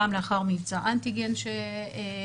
גם לאחר מבצע אנטיגן שהתרחש,